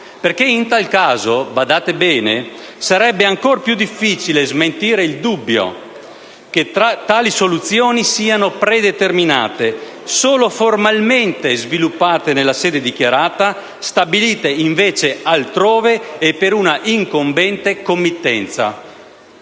caso infatti - badate bene - sarebbe ancor più difficile smentire il dubbio che tali soluzioni siano predeterminate: solo formalmente sviluppate nella sede dichiarata e stabilite invece altrove, e per una incombente committenza.